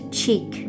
cheek